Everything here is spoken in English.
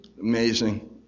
Amazing